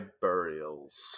burials